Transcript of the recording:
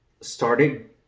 started